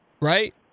right